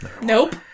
Nope